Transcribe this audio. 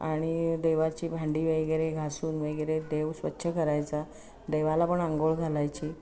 आणि देवाची भांडी वगैरे घासून वगैरे देव स्वच्छ करायचा देवाला पण अंघोळ घालायची